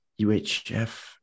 UHF